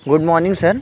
good morning sir